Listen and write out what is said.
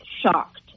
shocked